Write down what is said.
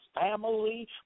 family